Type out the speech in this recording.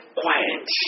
quiet